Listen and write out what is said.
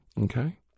Okay